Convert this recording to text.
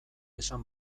esan